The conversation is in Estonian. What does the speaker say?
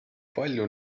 palju